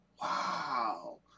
Wow